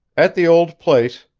at the old place,